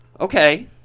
Okay